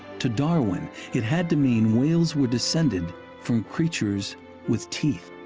to darwin it had to mean whales were descended from creatures with teeth.